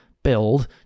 Build